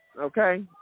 Okay